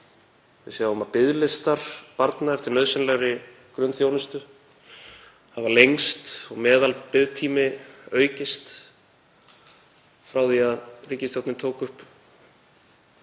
Við sjáum að biðlistar barna eftir nauðsynlegri grunnþjónustu hafa lengst og meðalbiðtími aukist frá því að ríkisstjórnin tók upp